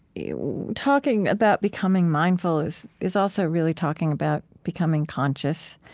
yeah talking about becoming mindful is is also really talking about becoming conscious.